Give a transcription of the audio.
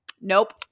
Nope